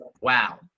Wow